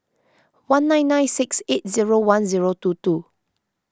one nine nine six eight zero one zero two two